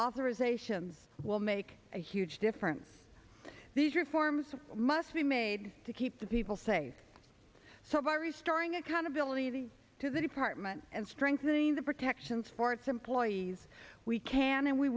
authorizations will make a huge difference these reforms must be made to keep the people safe so by restarting accountability to the department and strengthening the protections for its employees we can and we